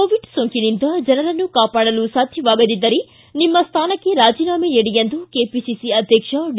Covid ಸೋಂಕಿನಿಂದ ಜನರನ್ನು ಕಾಪಾಡಲು ಸಾಧ್ಯವಾಗದಿದ್ದರೆ ನಿಮ್ಮ ಸ್ಥಾನಕ್ಕೆ ರಾಜೀನಾಮೆ ನೀಡಿ ಎಂದು ಕೆಪಿಸಿಸಿ ಅಧ್ಯಕ್ಷ ಡಿ